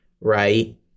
right